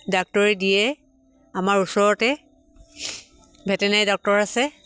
ডাক্তৰী দিয়ে আমাৰ ওচৰতে ভেটেনেৰী ডক্তৰ আছে